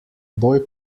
bolj